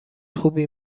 خوبی